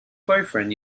boyfriend